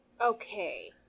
Okay